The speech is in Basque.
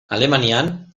alemanian